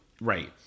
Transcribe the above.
right